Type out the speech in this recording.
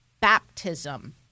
baptism